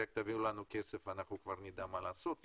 תביאו לנו כסף ונדע מה לעשות אתו.